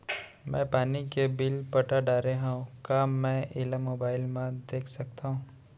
मैं पानी के बिल पटा डारे हव का मैं एला मोबाइल म देख सकथव?